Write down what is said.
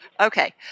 Okay